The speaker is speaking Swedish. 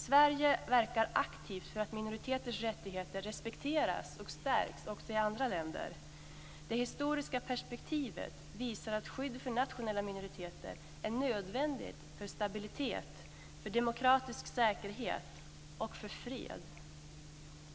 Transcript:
Sverige verkar aktivt för att minoriteters rättigheter respekteras och stärks också i andra länder. Det historiska perspektivet visar att skyddet för nationella minoriteter är nödvändigt för stabilitet, demokratisk säkerhet och fred.